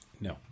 No